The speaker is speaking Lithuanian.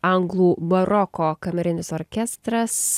anglų baroko kamerinis orkestras